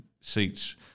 seats